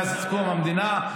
מאז קום המדינה.